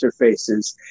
interfaces